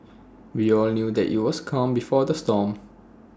we all knew that IT was calm before the storm